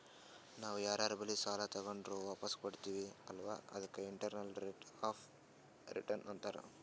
ನಾವ್ ಯಾರರೆ ಬಲ್ಲಿ ಸಾಲಾ ತಗೊಂಡುರ್ ವಾಪಸ್ ಕೊಡ್ತಿವ್ ಅಲ್ಲಾ ಅದಕ್ಕ ಇಂಟರ್ನಲ್ ರೇಟ್ ಆಫ್ ರಿಟರ್ನ್ ಅಂತಾರ್